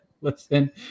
listen